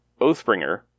Oathbringer